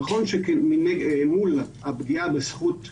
נכון שמול הפגיעה בזכות האדם,